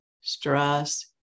Stress